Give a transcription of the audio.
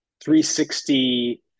360